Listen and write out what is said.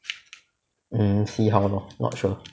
mm see how lor not sure